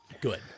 Good